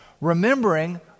Remembering